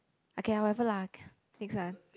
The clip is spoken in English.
okay lah whatever lah next one